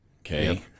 okay